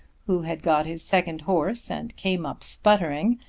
who had got his second horse and came up sputtering,